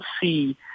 see